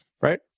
right